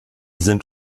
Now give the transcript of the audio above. sind